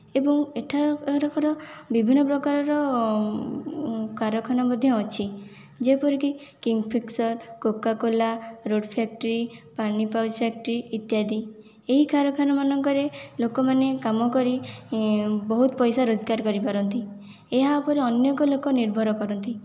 ଏବଂ ଏଠାକାର ବିଭିନ୍ନ ପ୍ରକାରର କାରଖାନା ମଧ୍ୟ ଅଛି ଯେପରିକି Kingfisher Coca Cola road factory ପାନି ପାଉଚ ଫ୍ୟାକ୍ଟରୀ ଇତ୍ୟାଦି ଏହି କାରଖାନା ମାନଙ୍କରେ ଲୋକ ମାନେ କାମ କରି ବହୁତ ପଇସା ରୋଜଗାର କରିପାରନ୍ତି ଏହା ଉପରେ ଅନେକ ଲୋକ ନିର୍ଭର କରନ୍ତି